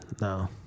No